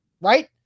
right